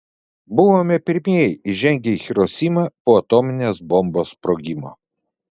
buvome pirmieji įžengę į hirosimą po atominės bombos sprogimo